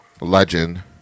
legend